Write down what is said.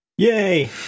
yay